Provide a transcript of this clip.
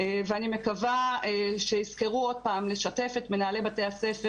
ואני מקווה שיזכרו עוד פעם לשתף את מנהלי בתי הספר